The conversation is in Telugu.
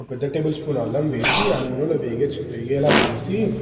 ఒక పెద్ద టేబుల్స్పూన్ అల్లం వేసి ఆ నూనెలో వేగించు వేగేలా చూసి